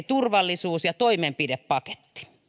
turvallisuus ja toimenpidepaketit